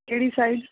ਕਿਹੜੀ ਸਾਈਡ